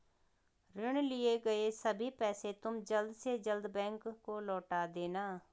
ऋण लिए गए सभी पैसे तुम जल्द से जल्द बैंक को लौटा देना